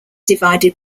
divided